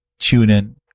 TuneIn